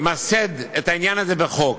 ונמסד את העניין הזה בחוק,